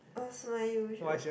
oh so unusual